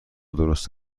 درست